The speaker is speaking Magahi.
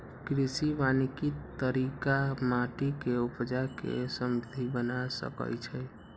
कृषि वानिकी तरिका माटि के उपजा के समृद्ध बना सकइछइ